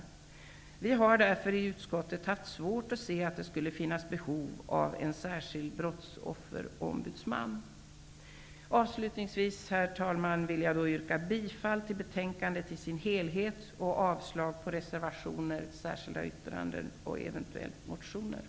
Vi i utskottet har därför haft svårt att se att det skulle finnas ett behov av en särskild brottsofferombudsman. Avslutningsvis yrkar jag bifall till hemställan i betänkandet i dess helhet och avslag på reservationerna, det särskilda yttrandet och, eventuellt, motionerna.